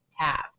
tab